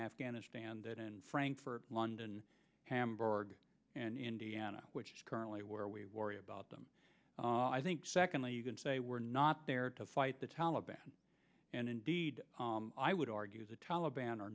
afghanistan did in frankfurt london hamburg and indiana which currently where we worry about them i think secondly you can say we're not there to fight the taliban and indeed i would argue the taliban